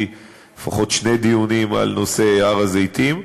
לפחות שני דיונים על נושא הר-הזיתים,